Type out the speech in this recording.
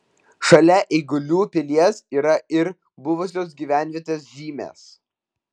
šalia eigulių pilies yra ir buvusios gyvenvietės žymės